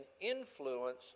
influence